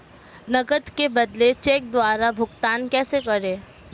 नकद के बदले चेक द्वारा भुगतान कैसे करें?